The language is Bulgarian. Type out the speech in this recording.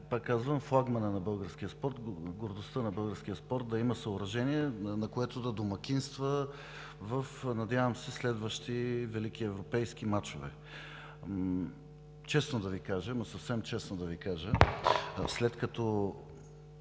казвам, флагманът на българския спорт, гордостта на българския спорт да има съоръжение, на което да домакинства, надявам се, в следващи велики европейски мачове. Съвсем честно да Ви кажа, след като